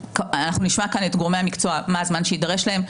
אנחנו נשמע כאן את גורמי המקצוע מה הזמן שיידרש להם.